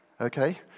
okay